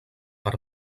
per